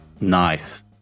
Nice